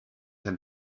and